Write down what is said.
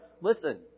Listen